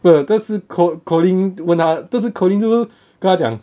well 这是 co~ colin 问她这是 colin 就是跟她讲